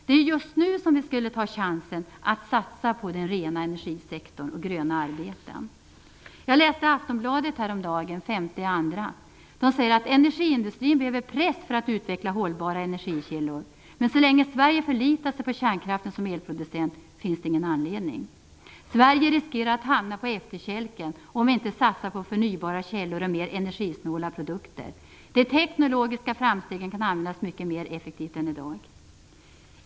Det är just nu som vi skulle ta chansen att satsa på den rena energisektorn och gröna arbeten. Jag läste Aftonbladet häromdagen, den 5 februari. Där säger man att energiindustrin behöver en press för att utveckla hållbara energikällor. Men så länge Sverige förlitar sig på kärnkraften för elproduktion finns det ingen anledning att göra det. Sverige riskerar att hamna på efterkälken om vi inte satsar på förnybara källor och mer energisnåla produkter. De teknologiska framstegen kan användas mycket mer effektivt än i dag.